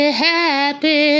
happy